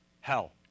hell